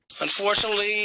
Unfortunately